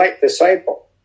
disciple